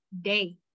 day